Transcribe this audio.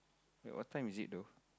wait what time is it though